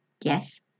Yes